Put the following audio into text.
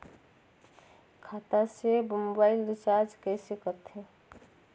खाता से mobile recharge कइसे करथे